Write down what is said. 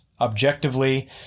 Objectively